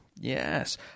Yes